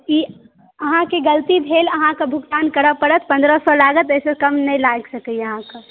ई अहाँके गलती भेल अहाँकेॅं भुगतान करऽ पड़त पन्द्रह सए लागत ओहि सॅं कम नहि लागि सकैया अहाँकेॅं